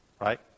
right